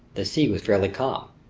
the sea was fairly calm.